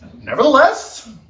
Nevertheless